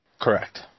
Correct